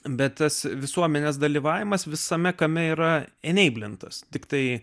bet tas visuomenės dalyvavimas visame kame yra eneiblintas tiktai